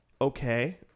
Okay